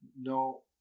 no